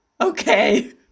okay